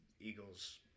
Eagles